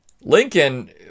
Lincoln